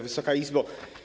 Wysoka Izbo!